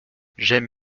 j’aime